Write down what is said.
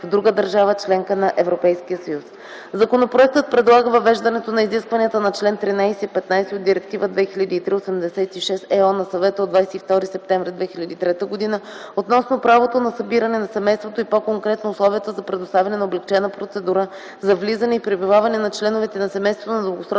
в друга държава – членка на ЕС. Законопроектът предлага въвеждането на изискванията на чл. 13 и 15 от Директива 2003/86/ЕО на Съвета от 22 септември 2003 г., относно правото на събиране на семейството и по-конкретно условието за предоставяне на облекчена процедура за влизане и пребиваване на членовете на семейството на дългосрочно